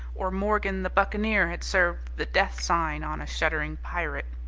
or morgan the buccaneer had served the death-sign on a shuddering pirate.